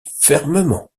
fermement